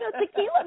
tequila